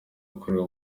ukorera